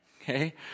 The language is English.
Okay